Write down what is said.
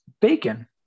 bacon